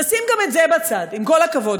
נשים גם את זה בצד, עם כל הכבוד.